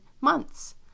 months